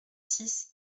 six